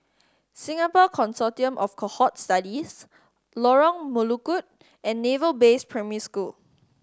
Singapore Consortium of Cohort Studies Lorong Melukut and Naval Base Primary School